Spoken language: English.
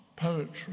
poetry